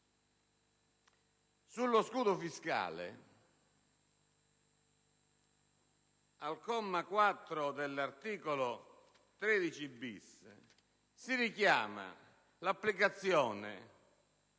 Sullo scudo fiscale, al comma 4 dell'articolo 13‑*bis*, si richiama l'applicazione